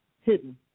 hidden